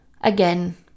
again